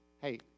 Hey